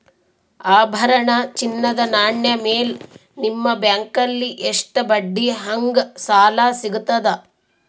ಆಭರಣ, ಚಿನ್ನದ ನಾಣ್ಯ ಮೇಲ್ ನಿಮ್ಮ ಬ್ಯಾಂಕಲ್ಲಿ ಎಷ್ಟ ಬಡ್ಡಿ ಹಂಗ ಸಾಲ ಸಿಗತದ?